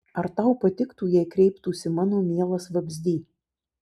ar tau patiktų jei kreiptųsi mano mielas vabzdy